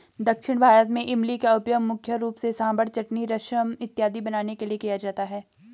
दक्षिण भारत में इमली का उपयोग मुख्य रूप से सांभर चटनी रसम इत्यादि बनाने के लिए किया जाता है